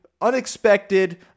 Unexpected